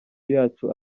yacu